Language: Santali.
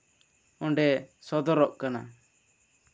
ᱚᱸᱰᱮ ᱥᱚᱫᱚᱨᱚᱜ ᱠᱟᱱᱟ